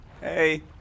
Hey